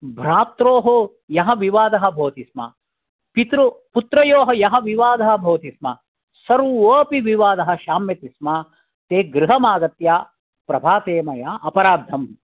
भ्रात्रोः यः विवादः भवति स्म पित्रो पुत्रयोः यः विवादः भवति स्म सर्वोपि विवादः शाम्यति स्म ते गृहम् आगत्या प्रभाते मया अपराद्धम्